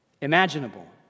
imaginable